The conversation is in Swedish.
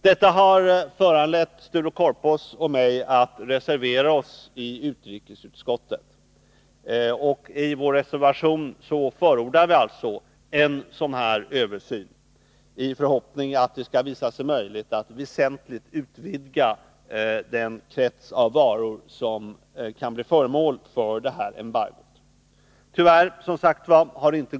Detta har föranlett Sture Korpås och mig att reservera oss i utrikesutskottet. I vår reservation förordar vi en översyn i förhoppning om att det skall visa sig möjligt att väsentligt utvidga förteckningen av varor som kan bli föremål för embargot.